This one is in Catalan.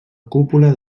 cúpula